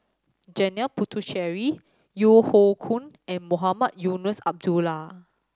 Janil Puthucheary Yeo Hoe Koon and Mohamed Eunos Abdullah